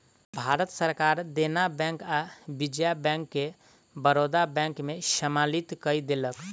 भारत सरकार देना बैंक आ विजया बैंक के बड़ौदा बैंक में सम्मलित कय देलक